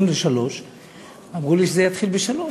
14:40. אמרו לי שזה יתחיל ב-15:00,